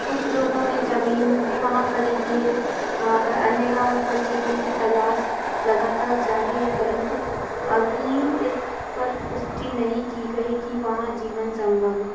कुछ लोगों ने ज़मीन भी वहाँ खरीदी है वहाँ पर अन्य ग्रहों पर जीवन की तलाश लगातार जारी है परंतु अभी इस पर पुष्टि नहीं की गई कि वहाँ जीवन संभव है